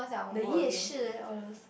the 夜市: ye shi leh all those